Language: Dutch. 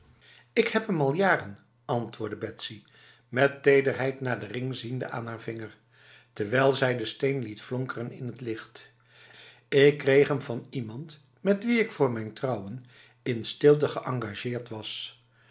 ik heb hem al jaren antwoordde betsy met tederheid naar de ring ziende aan haar vinger terwijl zij de steen liet flonkeren in het licht ik kreeg hem van iemand met wie ik voor mijn trouwen in stilte geëngageerd was